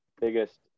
biggest